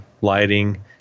lighting –